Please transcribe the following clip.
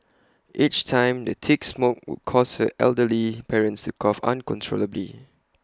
each time the thick smoke would cause her elderly parents to cough uncontrollably